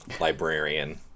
librarian